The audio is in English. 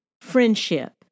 friendship